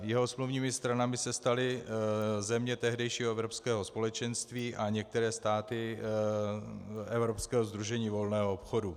Jeho smluvními stranami se staly země tehdejšího Evropského společenství a některé státy Evropského sdružení volného obchodu.